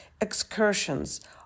excursions